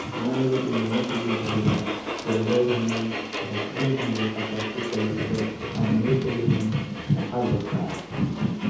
ᱚᱱᱟ ᱞᱟᱹᱜᱤᱫ ᱢᱚᱱᱮ ᱛᱮᱫᱚᱧ ᱵᱷᱟᱹᱵᱤᱭᱟ ᱡᱮ ᱚᱸᱰᱮ ᱦᱩᱱᱟᱹᱝ ᱰᱟᱥᱴᱵᱤᱱ ᱛᱟᱦᱮᱸ ᱫᱚᱨᱠᱟᱨ ᱯᱞᱟᱥᱴᱤᱠ ᱠᱚ ᱞᱟᱹᱜᱤᱫ ᱫᱚ ᱟᱨ ᱱᱟᱹᱞᱤ ᱠᱚᱫᱚ ᱦᱩᱱᱟᱹᱝ ᱥᱟᱯᱷᱟ ᱫᱚᱨᱠᱟᱨ